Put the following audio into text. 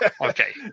Okay